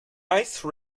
ice